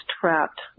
trapped